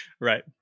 Right